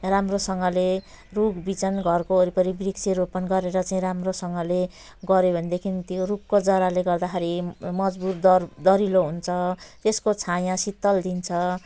राम्रोसँगले रुख बिजन घरको वरिपरि वृक्ष रोपन गरेर चाहिँ राम्रोसँगले गर्यो भनेदेखि त्यो रुखको जराले गर्दाखेरि मजबुत दर दह्रिलो हुन्छ त्यसको छाया शीतल दिन्छ